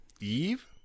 Eve